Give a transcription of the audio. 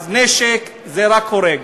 אז נשק זה רק הורג.